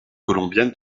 colombiennes